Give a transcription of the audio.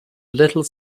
little